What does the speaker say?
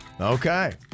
Okay